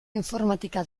informatika